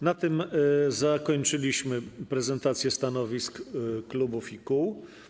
Na tym zakończyliśmy prezentację stanowisk klubów i kół.